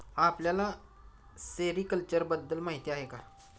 आपल्याला सेरीकल्चर बद्दल माहीती आहे का?